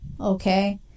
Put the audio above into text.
Okay